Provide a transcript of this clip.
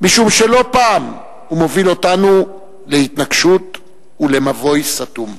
משום שלא פעם הוא מוביל אותנו להתנגשות ולמבוי סתום.